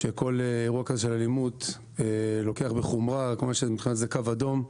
שכל אירוע של אלימות לוקח בחומרה, זהו קו אדום,